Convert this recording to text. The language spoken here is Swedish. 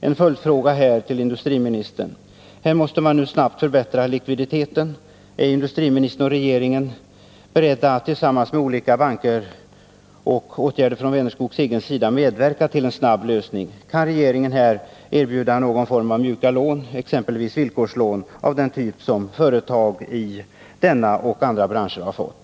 En följdfråga till industriministern, eftersom likviditeten snabbt måste förbättras: Är industriministern och regeringen beredda att tillsammans med olika banker och med åtgärder från Vänerskogs egen sida medverka till en snabb lösning? Kan regeringen erbjuda någon form av mjuka lån, exempelvis villkorslån av den typ företag i denna och andra branscher har fått?